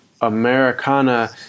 Americana